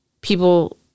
people